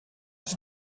ist